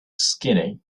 skinny